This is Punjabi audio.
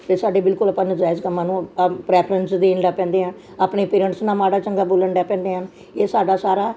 ਇਹ ਸਾਡੇ ਬਿਲਕੁਲ ਆਪਾਂ ਨਜਾਇਜ਼ ਕੰਮਾਂ ਨੂੰ ਪ੍ਰੈਫਰੈਂਸ ਦੇਣ ਲੱਗ ਪੈਂਦੇ ਆ ਆਪਣੇ ਪੇਰੈਂਟਸ ਨਾਲ ਮਾੜਾ ਚੰਗਾ ਬੋਲਣ ਡੇ ਲੈ ਪੈਂਦੇ ਹਨ ਇਹ ਸਾਡਾ ਸਾਰਾ